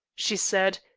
she said,